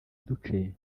duce